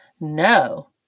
No